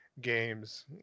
games